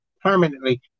permanently